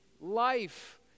life